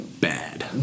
bad